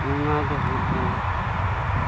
ᱚᱱᱟ ᱫᱚ ᱦᱩᱭᱩᱜ ᱠᱟᱱ ᱛᱟᱠᱚᱣᱟ ᱞᱟᱦᱟ